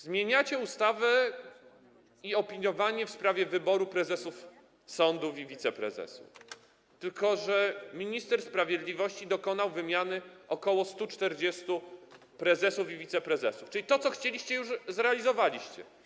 Zmieniacie ustawę i opiniowanie w sprawie wyboru prezesów i wiceprezesów sądów, tylko że minister sprawiedliwości dokonał wymiany ok. 140 prezesów i wiceprezesów, czyli to, co chcieliście, już zrealizowaliście.